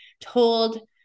told